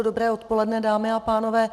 Dobré odpoledne, dámy a pánové.